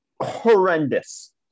horrendous